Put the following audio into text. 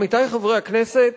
עמיתי חברי הכנסת,